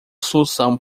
solução